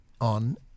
On